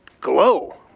glow